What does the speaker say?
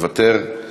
מוותר,